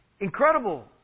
incredible